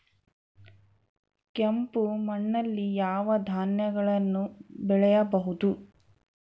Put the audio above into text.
ಕೆಂಪು ಮಣ್ಣಲ್ಲಿ ಯಾವ ಧಾನ್ಯಗಳನ್ನು ಬೆಳೆಯಬಹುದು?